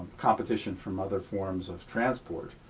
competition from other forms of transport.